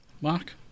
Mark